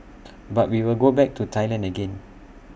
but we will go back to Thailand again